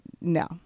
no